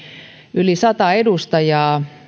yli sata edustajaa